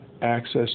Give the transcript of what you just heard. access